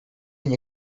nie